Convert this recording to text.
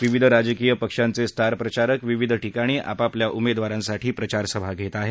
विविध राजकीय पक्षांचे स्टार प्रचारक विविध ठिकाणी आपापल्या उमदेवारांसाठी प्रचारसभा घेत आहेत